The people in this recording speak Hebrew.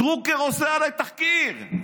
דרוקר עושה עליי תחקיר.